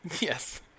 Yes